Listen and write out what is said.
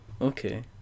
okay